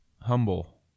humble